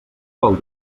vol